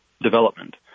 development